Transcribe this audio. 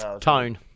tone